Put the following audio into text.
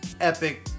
epic